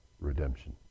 redemption